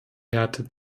härte